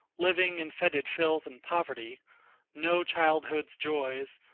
living in fetid filth and poverty no childhood's joys,